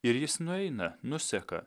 ir jis nueina nuseka